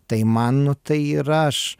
tai man nu tai yra aš